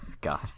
God